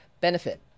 benefit